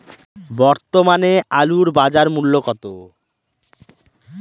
বর্তমানে আলুর বাজার মূল্য কত?